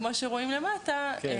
כמו שרואים למטה,